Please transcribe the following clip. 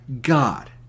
God